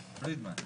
פרידמן,